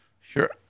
sure